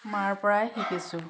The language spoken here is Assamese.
মাৰ পৰাই শিকিছোঁ